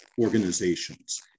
organizations